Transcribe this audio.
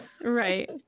Right